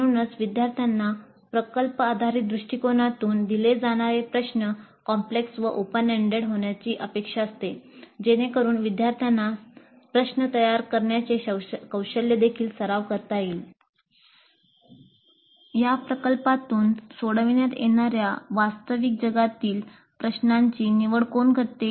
म्हणूनच विद्यार्थ्यांना प्रकल्प आधारित दृष्टिकोनातून दिले जाणारे प्रश्न कॉम्प्लेक्स व ओपन एंडेड होण्याची अपेक्षा असते जेणेकरून विद्यार्थ्यांना प्रश्न तयार करण्याचे कौशल्य देखील सराव करता येईल या प्रकल्पातून सोडविण्यात येणा या या वास्तविक जगातील प्रश्नांची निवड कोण करते